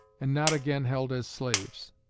and not again held as slaves.